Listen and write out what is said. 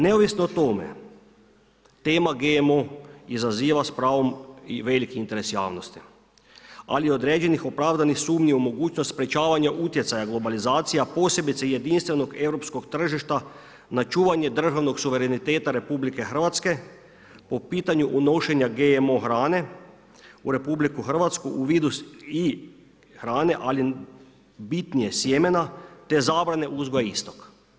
Neovisno o tome tema GMO izaziva s pravom veliki interes javnosti, ali i određenih i opravdanih sumnji u mogućnost sprečavanja utjecaja globalizacija posebice jedinstvenog europskog tržišta na čuvanje državnog suvereniteta RH po pitanju unošenja GMO hrane u RH u vidu hrane, ali bitnije sjemena te zabrane uzgoja istog.